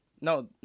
No